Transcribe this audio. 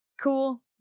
Cool